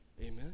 amen